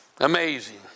Amazing